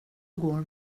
går